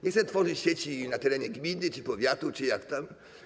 Niech sobie tworzy sieci na terenie gminy czy powiatu, czy jak tam.